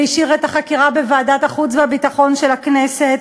והשאיר את החקירה בוועדת החוץ והביטחון של הכנסת,